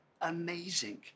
amazing